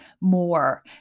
more